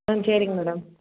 ஆ சரிங்க மேடம்